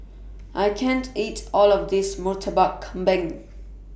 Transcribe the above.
I can't eat All of This Murtabak Kambing